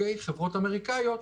חברות אמריקאיות,